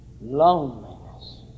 Loneliness